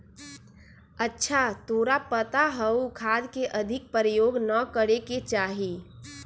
अच्छा तोरा पता हाउ खाद के अधिक प्रयोग ना करे के चाहि?